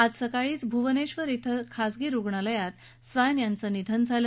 आज सकाळीच भूवनेश्वर शिं खाजगी रुग्णालयात स्वैन यांचं निधन झालं